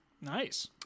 Nice